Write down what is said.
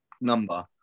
number